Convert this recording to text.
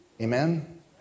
Amen